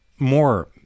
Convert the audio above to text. More